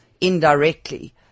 indirectly